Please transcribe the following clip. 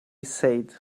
said